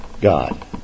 God